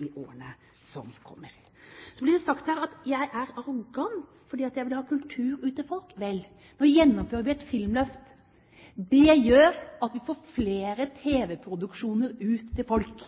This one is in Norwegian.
i årene som kommer. Det blir sagt her at jeg er arrogant fordi jeg vil ha kultur ut til folk. Vel, nå gjennomfører vi et filmløft. Det gjør at vi får flere tv-produksjoner ut til folk.